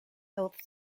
health